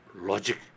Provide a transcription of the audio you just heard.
logic